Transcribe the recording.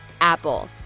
Apple